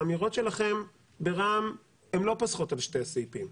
האמירות שלכם ברע"מ לא פוסחות על שתי הסעיפים.